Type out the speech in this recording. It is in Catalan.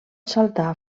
saltar